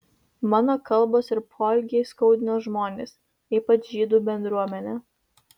mano kalbos ir poelgiai skaudino žmones ypač žydų bendruomenę